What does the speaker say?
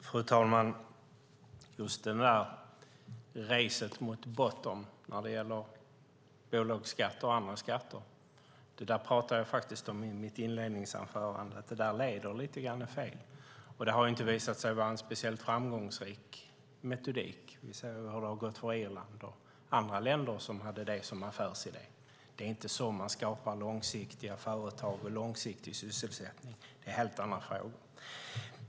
Fru talman! Jag talade i mitt inledningsanförande om att just racet mot botten när det gäller bolagsskatter och andra skatter leder lite grann fel. Det har inte visat sig vara en speciellt framgångsrik metodik. Vi har sett hur det har gått för EU-länder och andra länder som hade det som affärsidé. Det är inte så man skapar långsiktiga företag och långsiktig sysselsättning. Det är helt andra frågor det handlar om.